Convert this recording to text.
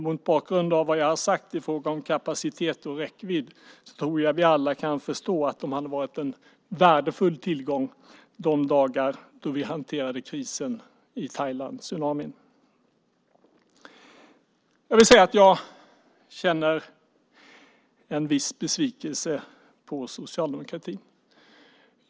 Mot bakgrund av vad jag har sagt i fråga kapacitet och räckvidd tror jag att vi alla kan förstå att de hade varit en värdefull tillgång de dagar då vi hanterade kri-sen med tsunamin i Thailand. Jag måste säga att jag är lite besviken på socialdemokratin.